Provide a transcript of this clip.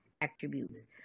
attributes